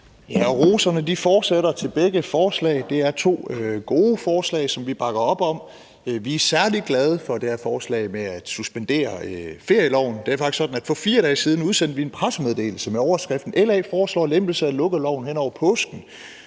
Rosen fortsætter til begge forslag. Det er to gode forslag, som vi bakker op om. Vi er særlig glade for det her forslag om at suspendere lukkeloven. Det er faktisk sådan, at for 4 dage siden udsendte vi en pressemeddelelse med overskriften »LA foreslår lempelse af lukkeloven hen over påsken«.